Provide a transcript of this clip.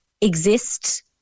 exist